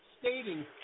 stating